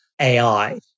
AI